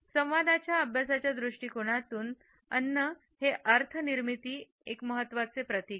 संवादाच्या अभ्यासाच्या दृष्टीकोनातून अन्न हेअर्थ निर्मिती एक महत्वाचे प्रतीक आहे